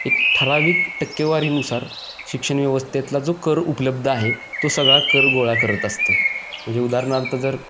एक ठराविक टक्केवारीनुसार शिक्षण व्यवस्थेतला जो कर उपलब्ध आहे तो सगळा कर गोळा करत असतं म्हणजे उदाहरणार्थ जर